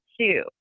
two